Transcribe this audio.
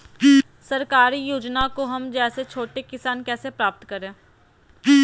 सरकारी योजना को हम जैसे छोटे किसान कैसे प्राप्त करें?